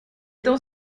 dans